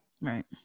right